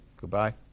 goodbye